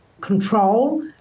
control